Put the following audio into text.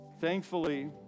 Thankfully